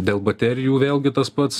dėl baterijų vėlgi tas pats